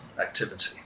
activity